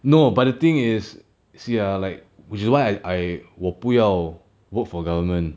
no but the thing is see ah like in july I I 我不要 vote for government